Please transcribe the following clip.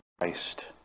Christ